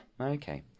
Okay